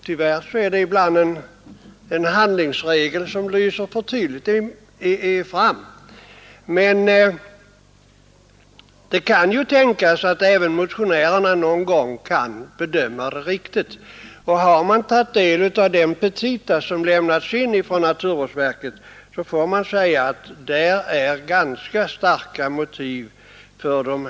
Tyvärr är det en handlingsregel som ibland lyser för tydligt fram — men det kan tänkas att även motionärer någon gång gör en riktig bedömning. Och har man tagit del av de petita som lämnats in från naturvårdsverket, får man säga att det tycks finnas ganska starka motiv för dem.